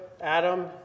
Adam